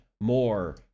more